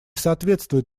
соответствует